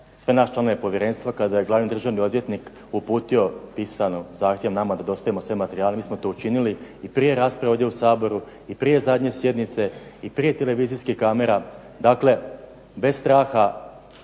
sve nas članove povjerenstva kada je glavni državni odvjetnik uputio pisani zahtjev nama da dostavimo sve materijale i mi smo to učinili. I prije rasprave ovdje u Saboru i prije zadnje sjednice i prije televizijskih kamera. Dakle, bez straha,